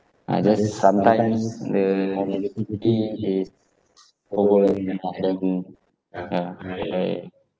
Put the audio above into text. uh just sometimes the negativity it's overrun the problem yeah right